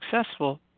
successful